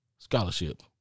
scholarship